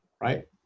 right